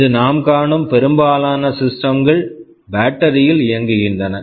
இன்று நாம் காணும் பெரும்பாலான சிஸ்டம் system கள் பேட்டரியில் battery இயங்குகின்றன